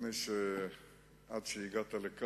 אף-על-פי שאז לא היה